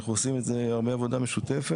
ואנחנו עושים את זה הרבה עבודה משותפת.